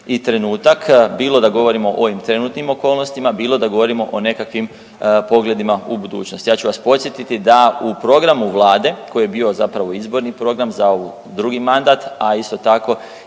i trenutak bilo da govorimo o ovim trenutnim okolnostima, bilo da govorimo o nekakvim pogledima u budućnost. Ja ću vas podsjetiti da u programu Vlade koji je bio zapravo izborni program za ovaj drugi mandat, a isto tako